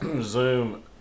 Zoom